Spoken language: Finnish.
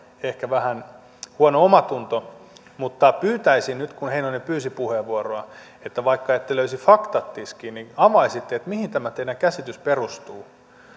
ehkä vähän huono omatunto mutta pyytäisin nyt kun heinonen pyysi puheenvuoroa että vaikka ette löisi faktoja tiskiin niin avaisitte sitä mihin tämä teidän käsityksenne perustuu